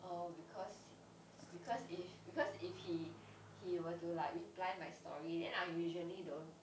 oh because if because if he he were to like reply my story then I usually don't